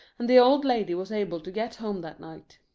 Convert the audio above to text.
and the old lady was able to get home that night.